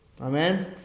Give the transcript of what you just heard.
Amen